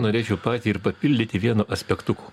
norėčiau patį ir papildyti vienu aspektuku